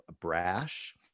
brash